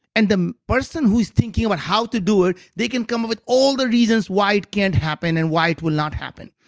and the person who's thinking about how to do it. they can come up with all the reasons why it can't happen and why it will not happen.